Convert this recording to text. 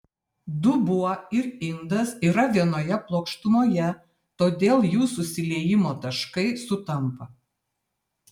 dubuo ir indas yra vienoje plokštumoje todėl jų susiliejimo taškai sutampa